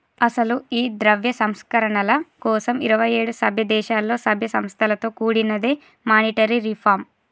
అసలు ఈ ద్రవ్య సంస్కరణల కోసం ఇరువైఏడు సభ్య దేశాలలో సభ్య సంస్థలతో కూడినదే మానిటరీ రిఫార్మ్